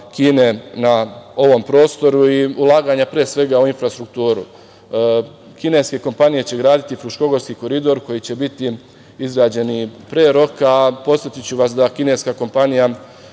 Kine na ovom prostoru i ulaganja pre svega u infrastrukturu. Kineske kompanije će graditi Fruškogorski koridor koji će biti izrađeni pre roka. Podsetiću vas da kineska kompanija